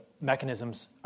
mechanisms